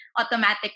automatic